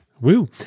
Woo